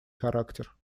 характер